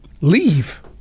leave